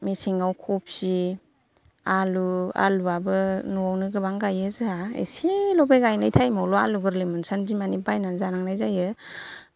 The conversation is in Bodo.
मेसेङाव कफि आलु आलुवाबो न'आवनो गोबां गायो जोंहा एसेल' बे गायनाय टाइमावल' आलु गोरलै मोनसानदि मानि बायनानै जानांनाय जायो